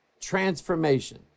transformation